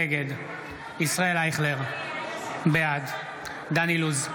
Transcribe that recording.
נגד ישראל אייכלר, בעד דן אילוז,